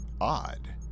odd